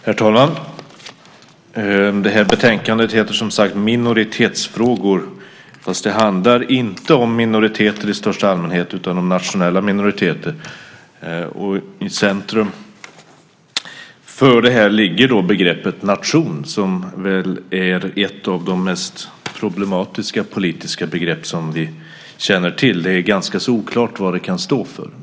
Herr talman! Detta betänkande heter Minoritetsfrågor , men det handlar inte om minoriteter i största allmänhet utan om nationella minoriteter. Och i centrum för detta ligger begreppet nation som väl är ett av de mest problematiska politiska begrepp som vi känner till. Det är ganska oklart vad det kan stå för.